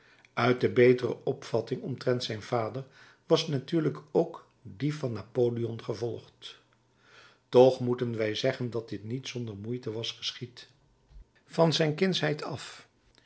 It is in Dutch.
uit de betere opvatting omtrent zijn vader was natuurlijk ook die van napoleon gevolgd toch moeten wij zeggen dat dit niet zonder moeite was geschied van zijn kindsheid af